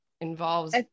involves